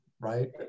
right